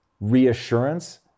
reassurance